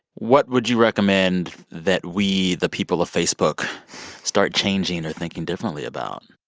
what would you recommend that we the people of facebook start changing or thinking differently about?